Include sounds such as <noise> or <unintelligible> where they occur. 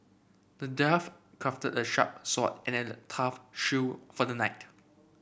the dwarf crafted a sharp sword and a tough <unintelligible> for the knight